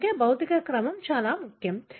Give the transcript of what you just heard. అందుకే భౌతిక క్రమం చాలా ముఖ్యం